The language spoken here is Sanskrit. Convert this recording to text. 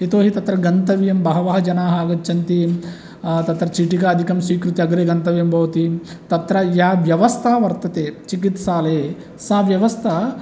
यतोहि तत्र गन्तव्यं बहवः जनाः आगच्छन्ति तत्र चीटिकादिकं स्वीकृत्य अग्रे गन्तव्यं भवति तत्र या व्यवस्था वर्तते चिकित्सालये सा व्यवस्था